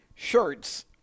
shirts